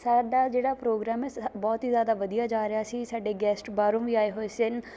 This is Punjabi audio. ਸਾਡਾ ਜਿਹੜਾ ਪ੍ਰੋਗਰਾਮ ਹੈ ਬਹੁਤ ਹੀ ਜ਼ਿਆਦਾ ਵਧੀਆ ਜਾ ਰਿਹਾ ਸੀ ਸਾਡੇ ਗੈਸਟ ਬਾਰਹੋਂ ਵੀ ਆਏ ਸਨ